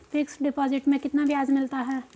Fix deposit में कितना ब्याज मिलता है?